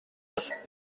dix